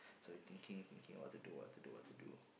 so you thinking thinking what to do what to do what to do